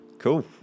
Cool